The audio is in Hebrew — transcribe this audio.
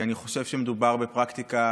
כי אני חושב שמדובר בפרקטיקה